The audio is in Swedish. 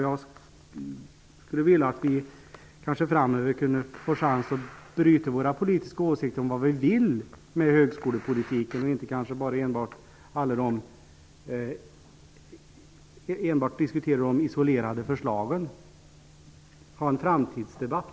Jag skulle vilja att vi framöver fick en chans att bryta våra politiska åsikter om vad vi vill med högskolepolitiken, kanske inte enbart diskutera de isolerade förslagen utan ha en framtidsdebatt.